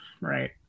right